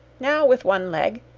now with one leg,